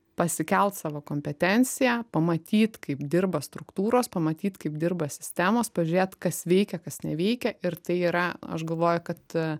pasikelt savo kompetenciją pamatyt kaip dirba struktūros pamatyt kaip dirba sistemos pažiūrėt kas veikia kas neveikia ir tai yra aš galvoju kad